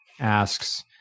asks